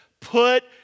put